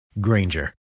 Granger